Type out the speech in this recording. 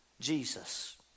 Jesus